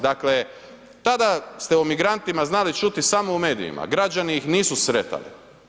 Dakle, tada ste o migrantima znali čuti samo u medijima, građani ih nisu sretali.